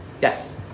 Yes